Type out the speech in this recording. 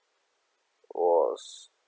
was